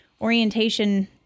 orientation